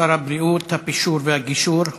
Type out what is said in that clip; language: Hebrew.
שר הבריאות, הפישור והגישור.